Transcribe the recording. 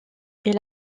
est